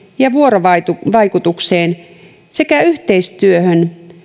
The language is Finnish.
ja vuorovaikutukseen sekä yhteistyöhön